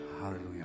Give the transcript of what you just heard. Hallelujah